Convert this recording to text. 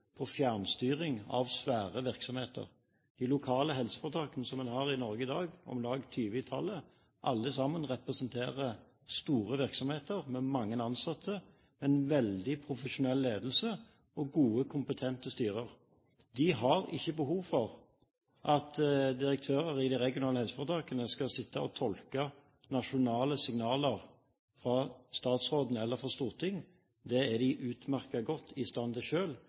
på fjernstyring av svære virksomheter. De lokale helseforetakene som en har i Norge i dag – om lag 20 i tallet – representerer alle sammen store virksomheter med mange ansatte, en veldig profesjonell ledelse og gode kompetente styrer. De har ikke behov for at direktører i de regionale helseforetakene skal sitte og tolke nasjonale signaler fra statsråden eller fra Stortinget, det er de utmerket godt i stand